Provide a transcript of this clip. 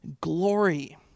glory